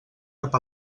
cap